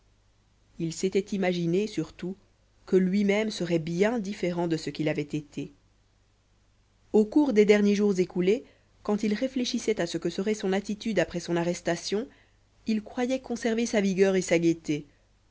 il s'était imaginé surtout que lui-même serait bien différent de ce qu'il avait été au cours des derniers jours écoulés quand il réfléchissait à ce que serait son attitude après son arrestation il croyait conserver sa vigueur et sa gaîté